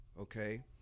Okay